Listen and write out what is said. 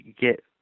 get